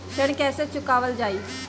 ऋण कैसे चुकावल जाई?